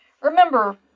Remember